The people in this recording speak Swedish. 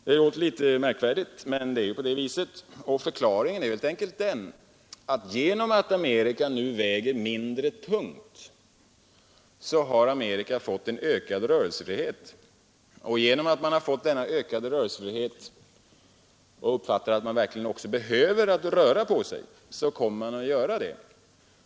Det låter litet märkvärdigt, men det är på det viset, och förklaringen är helt enkelt den att genom att Amerika nu väger mindre tungt har Amerika fått en ökad rörelsefrihet. Genom att man har fått denna ökade rörelsefrihet och uppfattar att man verkligen också behöver röra på sig så kommer man att göra det.